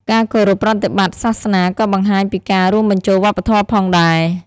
ការគោរពប្រតិបត្តិសាសនាក៏បង្ហាញពីការរួមបញ្ចូលវប្បធម៌ផងដែរ។